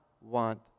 want